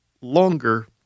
longer